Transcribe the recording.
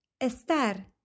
Estar